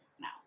now